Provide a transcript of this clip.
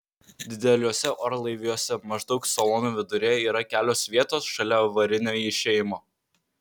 dideliuose orlaiviuose maždaug salono viduryje yra kelios vietos šalia avarinio išėjimo